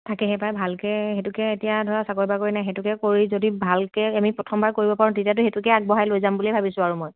তাকেহে পাই ভালকে সেইটোকে এতিয়া ধৰা চাকৰি বাকৰি নাই সেইটোকে কৰি যদি ভালকে আমি প্ৰথমবাৰ কৰিব পাৰো তেতিয়াটো সেইটাকে আগবঢ়াই লৈ যাম বুলি ভাবিছোঁ আৰু মই